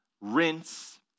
rinse